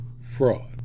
fraud